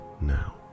now